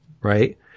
right